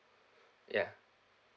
ya